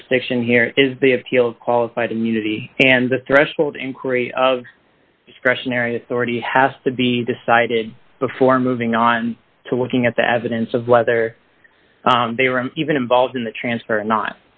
jurisdiction here is the appeal of qualified immunity and the threshold increase of discretionary authority has to be decided before moving on to looking at the evidence of whether they were even involved in the transfer or not